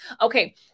okay